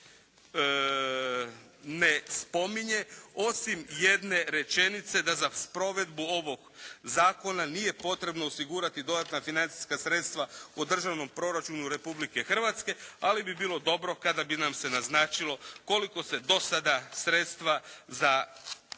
ne spominje. Osim jedne rečenice da za sprovedbu ovog zakona nije potrebno osigurati dodatna financijska sredstva u Državnom proračunu Republike Hrvatske. Ali bi bilo dobro kada bi nam se naznačilo koliko se do sada sredstva za